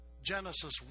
Genesis